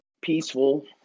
peaceful